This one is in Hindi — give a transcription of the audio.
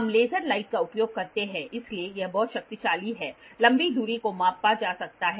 हम लेजर लाइट का उपयोग करते हैं इसलिए यह बहुत शक्तिशाली है लंबी दूरी को मापा जा सकता है